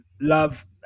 love